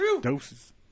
Doses